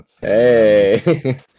Hey